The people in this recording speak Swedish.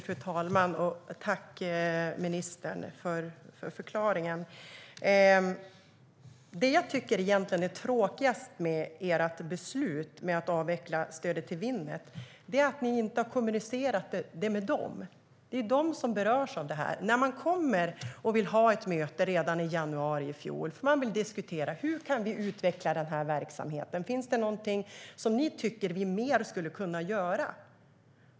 Fru talman! Tack, ministern, för förklaringen! Det jag egentligen tycker är tråkigast med ert beslut att avveckla stödet till Winnet är att ni inte har kommunicerat det med dem. Det är de som berörs av det. De ville ha ett möte redan i januari i fjol där de ville diskutera: Hur kan vi utveckla den här verksamheten? Finns det någonting som ni tycker att vi mer skulle kunna göra?